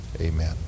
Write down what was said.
Amen